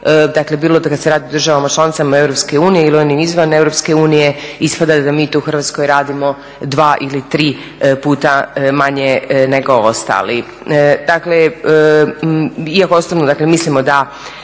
dakle bilo da se radi o državama članicama EU ili onima izvan EU ispada da mi to u Hrvatskoj radimo 2 ili 3 puta manje nego ostali. Dakle, iako … mislimo da